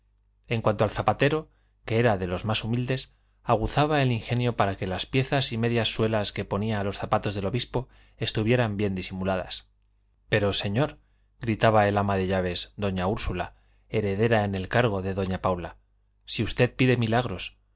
en cuanto al zapatero que era de los más humildes aguzaba el ingenio para que las piezas y medias suelas que ponía a los zapatos del obispo estuvieran bien disimuladas pero señor gritaba el ama de llaves doña úrsula heredera en el cargo de doña paula si usted pide milagros